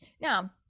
Now